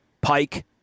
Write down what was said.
Pike